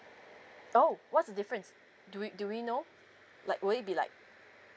oh what's the difference do we do we know like will it be like